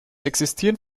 existieren